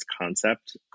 concept